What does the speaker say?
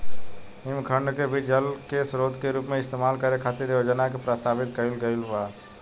हिमखंड के भी जल के स्रोत के रूप इस्तेमाल करे खातिर योजना के प्रस्तावित कईल गईल बा